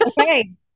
Okay